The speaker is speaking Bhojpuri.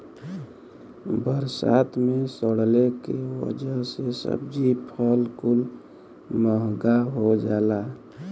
बरसात मे सड़ले के वजह से सब्जी फल कुल महंगा हो जाला